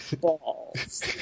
balls